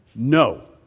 no